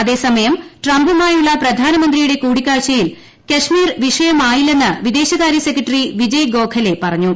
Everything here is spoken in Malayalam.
അതേസമയം ട്രംപുമായുള്ള പ്രധാനമന്ത്രിയുടെ കൂടിക്കാഴ്ചയിൽ കശ്മീർ വിഷയമായില്ലെന്ന് വിദേശകാര്യസെക്രട്ടറി വിജയ് ഗോഖലെ പറഞ്ഞു